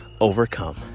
overcome